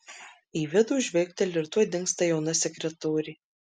į vidų žvilgteli ir tuoj dingsta jauna sekretorė